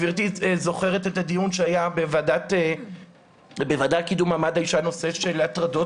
גברתי זוכרת את הדיון שהיה בוועדה לקידום מעמד האישה בנושא של הטרדות